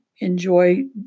enjoy